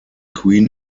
queen